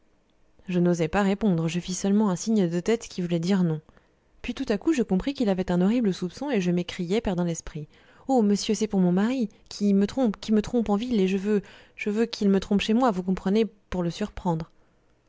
je n'osai pas répondre je fis seulement un signe de tête qui voulait dire non puis tout à coup je compris qu'il avait un horrible soupçon et je m'écriai perdant l'esprit oh monsieur c'est pour mon mari qui me trompe qui me trompe en ville et je veux je veux qu'il me trompe chez moi vous comprenez pour le surprendre